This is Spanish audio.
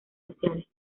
sociales